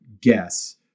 guess